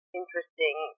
interesting